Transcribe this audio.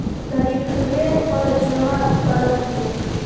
तरिखवे पर जमा करहिओ?